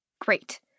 Great